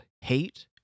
hate